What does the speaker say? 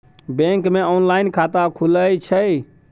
Bank मे online खाता खुले छै?